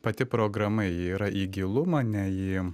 pati programa ji yra į gilumą ne į